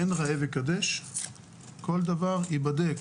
אין ראה וקדש, כל דבר ייבדק.